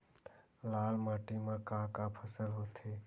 लाल माटी म का का फसल होथे?